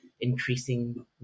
increasing